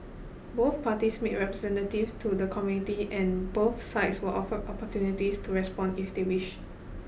both parties made representative to the Community and both sides were offered opportunities to respond if they wished